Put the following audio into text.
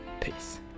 Peace